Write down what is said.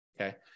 Okay